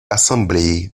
ассамблеей